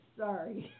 sorry